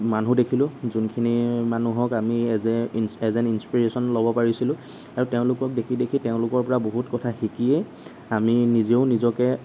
মানুহ দেখিলো যোনখিনি মানুহ আমি যে as a as an inspiration ল'ব পাৰিছিলো আৰু তেওঁলোকক দেখি দেখি তেওঁলোকৰ পৰা বহুত কথা শিকিয়েই আমি নিজেও নিজকে